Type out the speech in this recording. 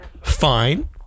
fine